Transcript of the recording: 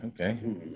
okay